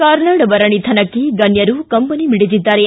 ಕಾರ್ನಾಡ ಅವರ ನಿಧನಕ್ಕೆ ಗಣ್ಣರು ಕಂಬನಿ ಮಿಡಿದಿದ್ದಾರೆ